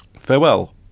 Farewell